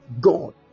God